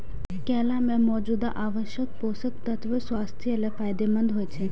केला मे मौजूद आवश्यक पोषक तत्व स्वास्थ्य लेल फायदेमंद होइ छै